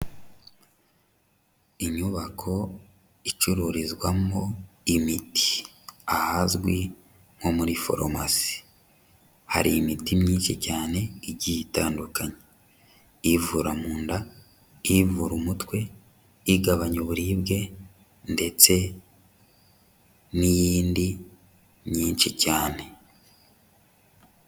Inyubako icururizwamo imiti ahazwi nko muri foromasi, hari imiti myinshi cyane igiye itandukanye, ivura mu nda, ivura umutwe, igabanya uburibwe ndetse n'iyindi myinshi cyane.